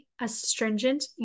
astringent